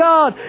God